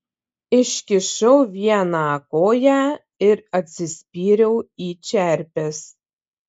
iškišau vieną koją ir atsispyriau į čerpes